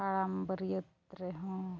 ᱟᱨ ᱵᱟᱹᱨᱭᱟᱹᱛ ᱨᱮᱦᱚᱸ